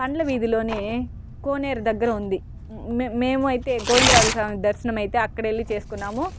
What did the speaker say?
పండ్ల వీధిలోని కోనేరు దగ్గర ఉంది మే మేము అయితే గోవిందరాజుల స్వామి దర్శనం అయితే అక్కడెళ్ళి చేస్కున్నాము